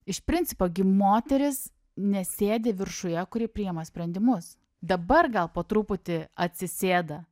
iš principo gi moteris nesėdi viršuje kuri priima sprendimus dabar gal po truputį atsisėda